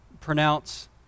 pronounce